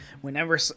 Whenever